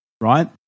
right